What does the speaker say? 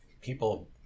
people